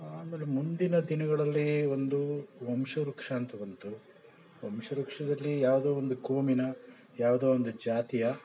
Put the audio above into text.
ಆಮೇಲೆ ಮುಂದಿನ ದಿನಗಳಲ್ಲಿ ಒಂದು ವಂಶವೃಕ್ಷ ಅಂತ ಬಂತು ವಂಶವೃಕ್ಷದಲ್ಲಿ ಯಾವುದೋ ಒಂದು ಕೋಮಿನ ಯಾವುದೋ ಒಂದು ಜಾತಿಯ